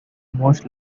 most